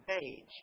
page